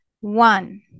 One